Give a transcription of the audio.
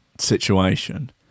situation